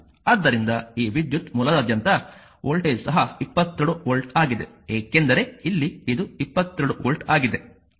ಆದ್ದರಿಂದ ಈ ವಿದ್ಯುತ್ ಮೂಲದಾದ್ಯಂತ ವೋಲ್ಟೇಜ್ ಸಹ 22 ವೋಲ್ಟ್ ಆಗಿದೆ ಏಕೆಂದರೆ ಇಲ್ಲಿ ಇದು 22 ವೋಲ್ಟ್ ಆಗಿದೆ